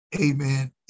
Amen